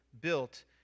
built